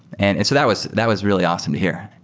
and and that was that was really awesome to hear.